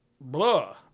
Blah